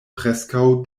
preskaŭ